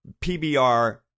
PBR